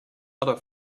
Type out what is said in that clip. other